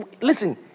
Listen